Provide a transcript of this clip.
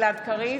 גלעד קריב,